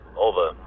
over